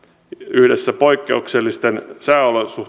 yhdessä poikkeuksellisten sääolosuhteitten